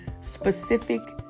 specific